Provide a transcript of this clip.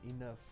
enough